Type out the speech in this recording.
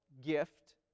gift